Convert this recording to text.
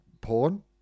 porn